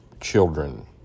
children